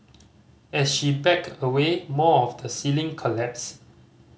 as she backed away more of the ceiling collapsed